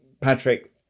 Patrick